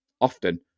often